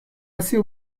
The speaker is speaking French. assez